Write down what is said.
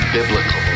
Biblical